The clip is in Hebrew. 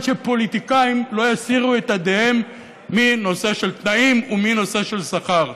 שפוליטיקאים לא יסירו את ידיהם מנושא התנאים ומנושא השכר.